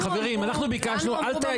חברים, אנחנו ביקשנו.